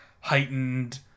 heightened